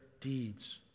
deeds